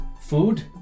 food